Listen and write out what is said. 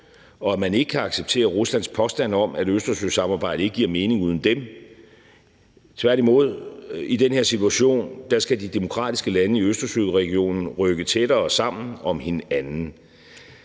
og at man ikke kan acceptere Ruslands påstand om, at Østersøsamarbejdet ikke giver mening uden dem. Tværtimod, i den her situation skal de demokratiske lande i Østersøregionen rykke tættere sammen om hinanden.